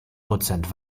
prozent